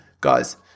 guys